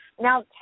Now